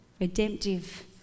redemptive